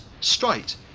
straight